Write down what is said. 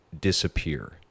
disappear